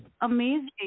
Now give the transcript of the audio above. amazing